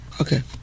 okay